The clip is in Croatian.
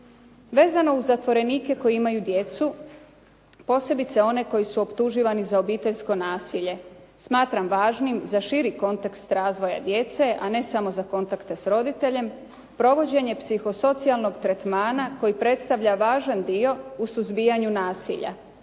Vezano uz zatvorenike koji imaju djece, posebice oni koji su optuživani za obiteljsko nasilje, smatram važnim za širi kontekst razvoja djece, a ne samo za kontakte s roditeljem, provođenje psihosocijalnog tretmana koji predstavlja važan dio u suzbijanju nasilja,